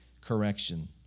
correction